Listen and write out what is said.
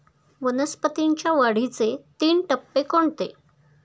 वनस्पतींच्या वाढीचे तीन टप्पे कोणते?